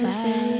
say